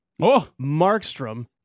Markstrom